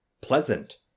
pleasant